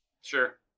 Sure